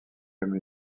comme